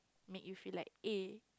make you feel like eh